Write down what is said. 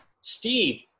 steve